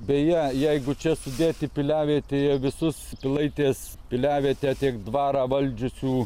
beje jeigu čia sudėti piliavietėje visus pilaitės piliavietę tiek dvarą valdžiusių